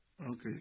Okay